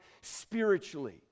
spiritually